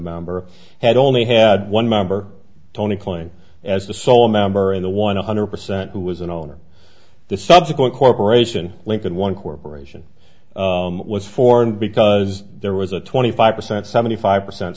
member had only had one member tony klann as the sole member in the one hundred percent who was an owner the subsequent corporation linked in one corporation was formed because there was a twenty five percent seventy five percent